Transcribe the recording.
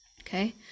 okay